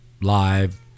live